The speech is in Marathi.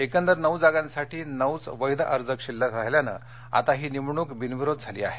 एकंदर नऊ जागांसाठी नऊच वैध अर्ज शिल्लक राहिल्यानं आता ही निवडणूक बिनविरोध झाली आहे